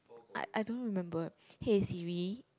I I don't remember hey Siri